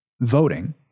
voting